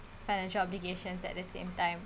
financial obligations at the same time